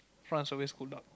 France always good luck